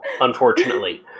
unfortunately